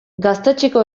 gaztetxeko